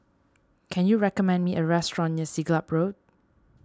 can you recommend me a restaurant near Siglap Road